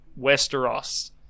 Westeros